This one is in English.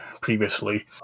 previously